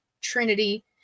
Trinity